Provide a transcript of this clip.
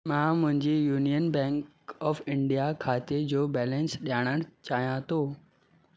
मां मुंहिंजे Union Bank of India खाते जो बैलेंस ॼाणणु चाहियां थो